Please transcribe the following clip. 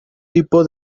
tipo